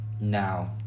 Now